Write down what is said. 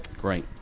great